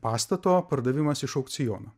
pastato pardavimas iš aukciono